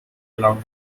allowed